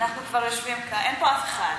אנחנו כבר יושבים כאן, אין פה אף אחד,